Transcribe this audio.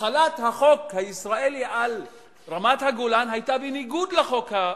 החלת החוק הישראלי על רמת-הגולן היתה בניגוד לחוק הבין-לאומי.